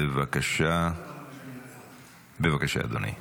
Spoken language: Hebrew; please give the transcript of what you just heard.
בבקשה, אדוני.